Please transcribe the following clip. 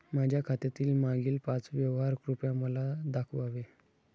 माझ्या खात्यातील मागील पाच व्यवहार कृपया मला दाखवावे